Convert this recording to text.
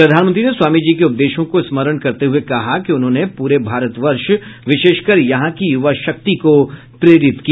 प्रधानमंत्री ने स्वामी जी के उपदेशों को स्मरण करते हुये कहा कि उन्होंने पूरे भारतवर्ष विशेषकर यहां की युवा शक्ति को प्रेरित किया